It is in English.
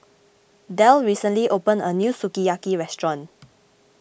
Del recently opened a new Sukiyaki restaurant